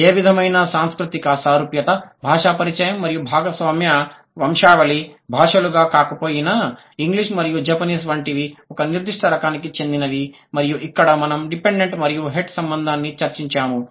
ఏ విధమైన సాంస్కృతిక సారూప్యత భాషా పరిచయం మరియు భాగస్వామ్య వంశావళి భాషలుగా కాకపోయినా ఇంగ్లీష్ మరియు జపనీస్ వంటివి ఒక నిర్దిష్ట రకానికి చెందినవి మరియు ఇక్కడ మనం డిపెండెంట్ మరియు హెడ్ సంబంధాన్ని చర్చించాము